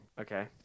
Okay